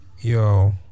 Yo